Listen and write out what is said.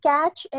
catch